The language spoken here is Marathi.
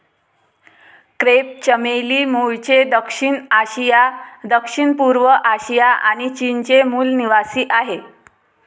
क्रेप चमेली मूळचे दक्षिण आशिया, दक्षिणपूर्व आशिया आणि चीनचे मूल निवासीआहे